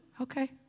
Okay